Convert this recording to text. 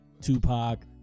Tupac